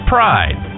Pride